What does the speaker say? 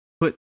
put